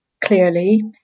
clearly